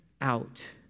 out